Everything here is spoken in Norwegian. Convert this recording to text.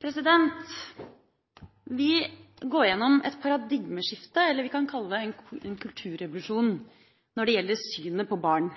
det. Vi går gjennom et paradigmeskifte, eller vi kan kalle det en kulturrevolusjon, når det gjelder synet på barn.